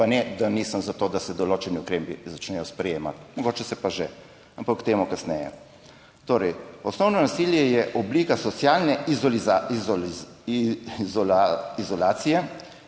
Pa ne, da nisem za to, da se določeni ukrepi začnejo sprejemati, mogoče se pa že, ampak o tem kasneje. Torej: »Osnovno nasilje je oblika socialne izolacije,